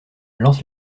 lance